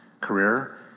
career